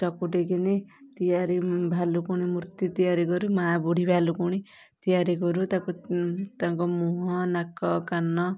ଚକଟୁକିନି ତିଆରି ଭାଲୁକୁଣି ମୂର୍ତ୍ତି ତିଆରି କରୁ ମାଁ ବୁଢ଼ୀ ଭାଲୁକୁଣି ତିଆରି କରୁ ତାକୁ ତାଙ୍କ ମୁହଁ ନାକ କାନ